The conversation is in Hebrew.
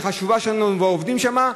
שחשובה לנו ולעובדים שם,